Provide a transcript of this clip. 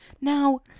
Now